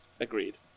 Agreed